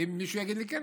ואם מישהו יגיד לי כן,